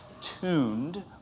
tuned